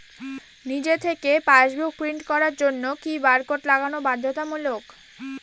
নিজে থেকে passbook print করার জন্য কি বারকোড লাগানো বাধ্যতামূলক?